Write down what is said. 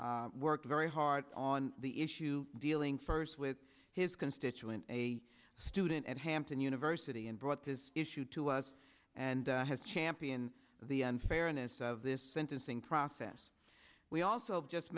chairman worked very hard on the issue dealing first with his constituent a student at hampton university and brought this issue to us and has championed the unfairness of this sentencing process we also just